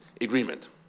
agreement